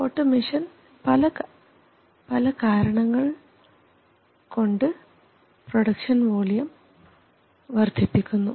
automation പല കാരണങ്ങൾ കൊണ്ട് പ്രൊഡക്ഷൻ വോളിയം വർദ്ധിപ്പിക്കുന്നു